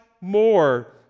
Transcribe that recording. more